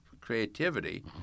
creativity